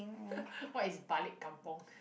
what is balik kampung